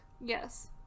yes